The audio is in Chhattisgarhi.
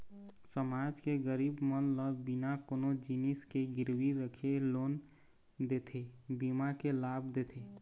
समाज के गरीब मन ल बिना कोनो जिनिस के गिरवी रखे लोन देथे, बीमा के लाभ देथे